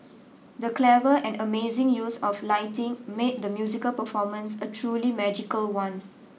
the clever and amazing use of lighting made the musical performance a truly magical one